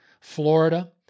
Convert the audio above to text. florida